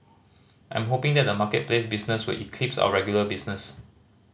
I'm hoping that the marketplace business will eclipse our regular business